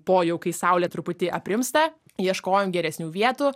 po jau kai saulė truputį aprimsta ieškojom geresnių vietų